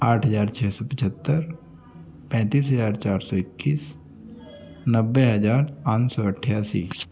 आठ हज़ार छः सौ पचहत्तर पैंतीस हज़ार चार सौ इक्कीस नब्बे हज़ार पाँच सौ अठासी